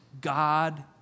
God